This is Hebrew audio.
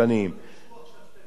יש אישור עכשיו.